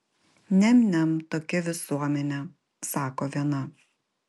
niam niam tokia visuomenė sako viena